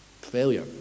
Failure